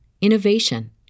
innovation